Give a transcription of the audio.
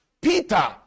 Peter